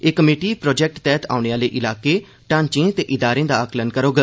एह committee project तैहत औने आह्ले इलाके ढांचें ते इदारें दा आकलन करोग